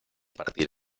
partir